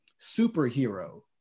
superhero